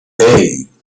hey